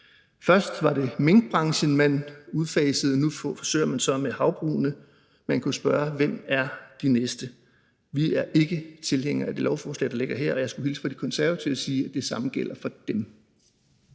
Først var det minkbranchen, man udfasede, nu forsøger man så med havbrugene. Man kunne spørge: Hvem er de næste? Vi er ikke tilhængere af det lovforslag, der ligger her, og jeg skulle hilse fra De Konservative og sige, at det samme gælder for dem.